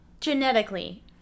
genetically